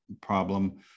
problem